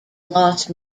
lost